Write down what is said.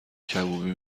کبابی